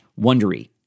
wondery